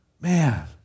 man